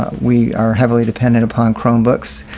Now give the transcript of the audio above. ah we are heavily dependent upon chromebooks.